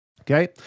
Okay